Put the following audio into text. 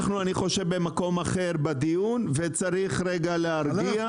אני חושב שאנחנו במקום אחר בדיון וצריך רגע להרגיע,